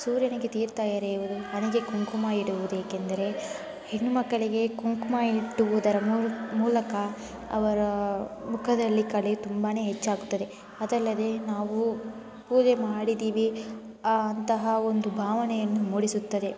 ಸೂರ್ಯನಿಗೆ ತೀರ್ಥ ಎರೆಯುವುದು ಹಣೆಗೆ ಕುಂಕುಮ ಇಡುವುದೇಕೆಂದರೆ ಹೆಣ್ಣು ಮಕ್ಕಳಿಗೆ ಕುಂಕುಮ ಇಟ್ಟುವುದರ ಮೂಲಕ ಅವರ ಮುಖದಲ್ಲಿ ಕಳೆ ತುಂಬಾ ಹೆಚ್ಚಾಗುತ್ತದೆ ಅದಲ್ಲದೆ ನಾವು ಪೂಜೆ ಮಾಡಿದ್ದೀವಿ ಅಂತಹ ಒಂದು ಭಾವನೆಯನ್ನು ಮೂಡಿಸುತ್ತದೆ